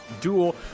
duel